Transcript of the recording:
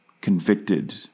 convicted